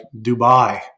Dubai